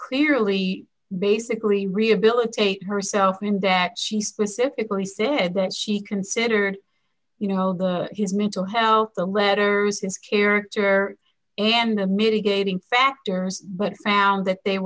clearly basically rehabilitate herself and that she specifically said that she considered you know his mental health the letters his character and the mitigating factors but found that they